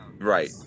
Right